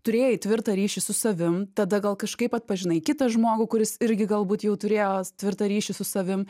turėjai tvirtą ryšį su savim tada gal kažkaip atpažinai kitą žmogų kuris irgi galbūt jau turėjo tvirtą ryšį su savim